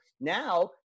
Now